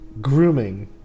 grooming